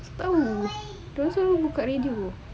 tak tahu dia orang suruh buka radio